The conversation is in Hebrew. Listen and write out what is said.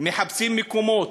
מחפשים מקומות.